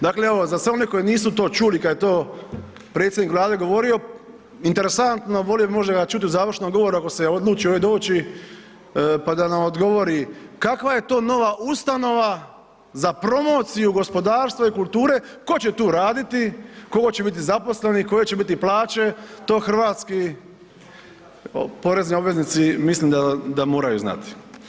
Dakle, evo za sve one koji nisu to čuli kad je to predsjednik Vlade govorio, interesantno, volio bi možda ga čuti u završnom govoru ako se odluči ovdje doći pa da nam odgovori, kakva je to nova ustanova za promociju gospodarstva i kulture, ko će tu raditi, koliko će biti zaposlenih, koje će biti plaće, to hrvatski porezni obveznici mislim da moraju znati.